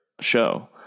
show